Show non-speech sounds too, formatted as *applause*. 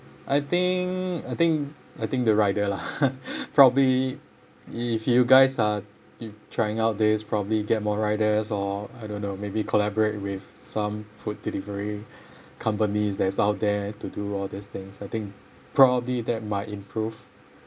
I think I think I think the rider lah *laughs* probably if you guys are trying out this probably get more riders or I don't know maybe collaborate with some food delivery companies that's out there to do all these things I think probably that might improve